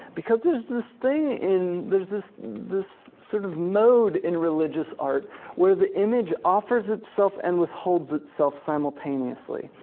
because there's this thing in, there's this this sort of mode in religious art where the image offers itself and withholds itself simultaneously,